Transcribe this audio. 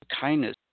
kindness